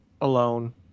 alone